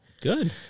Good